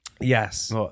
Yes